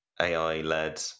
AI-led